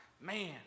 Man